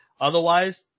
Otherwise